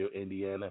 Indiana